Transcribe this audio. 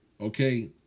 Okay